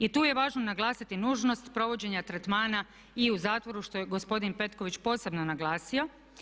I tu je važno naglasiti nužnost provođenja tretmana i u zatvoru što je gospodin Petković posebno naglasio.